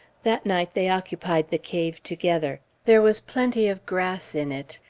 that night they occupied the cave together. there was plenty of grass in it,